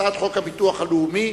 הצעת חוק הביטוח הלאומי,